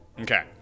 Okay